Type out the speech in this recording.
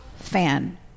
fan